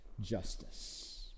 justice